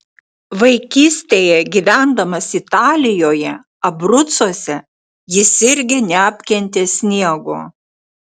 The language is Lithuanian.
vaikystėje gyvendamas italijoje abrucuose jis irgi neapkentė sniego